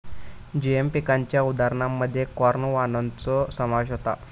GM पिकांच्या उदाहरणांमध्ये corn वाणांचो समावेश होता